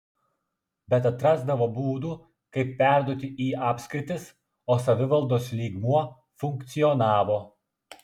bet atrasdavo būdų kaip perduoti į apskritis o savivaldos lygmuo funkcionavo